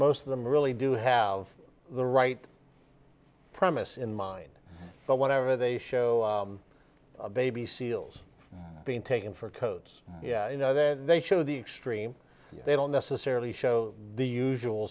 most of them really do have the right premise in mind but whatever they show baby seals being taken for codes yeah you know that they show the extreme they don't necessarily show the usual